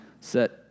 set